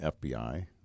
FBI